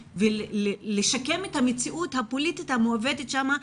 ולשקם את המציאות הפוליטית המעוותת שם,